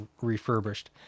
refurbished